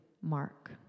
Mark